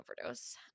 overdose